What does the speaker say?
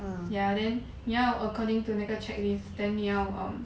ya then 你要 according to 那个 checklist then 你要 um